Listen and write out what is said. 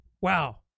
Wow